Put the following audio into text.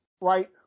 right